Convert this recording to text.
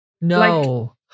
no